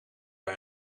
bij